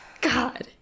God